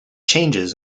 changes